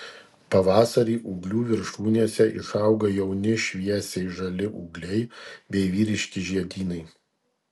pavasarį ūglių viršūnėse išauga jauni šviesiai žali ūgliai bei vyriški žiedynai